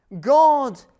God